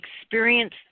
experience